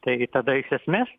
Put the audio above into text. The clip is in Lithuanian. tai tada iš esmės